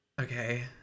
okay